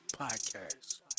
podcast